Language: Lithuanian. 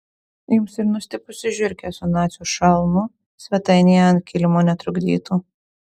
jums ir nustipusi žiurkė su nacių šalmu svetainėje ant kilimo netrukdytų